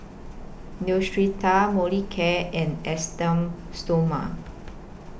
Neostrata Molicare and Esteem Stoma